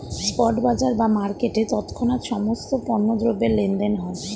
spot বাজার বা মার্কেটে তৎক্ষণাৎ সমস্ত পণ্য দ্রব্যের লেনদেন হয়